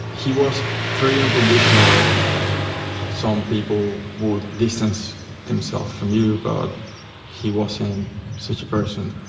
he was very unconditional and some people would distance themselves from you but he wasn't such a person.